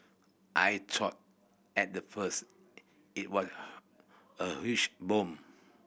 I thought at the first it was a huge bomb